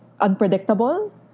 unpredictable